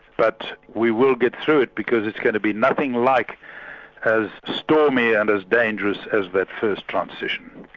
but we will get through it because it's going to be nothing like as stormy and as dangerous as that first transition.